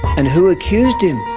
and who accused him?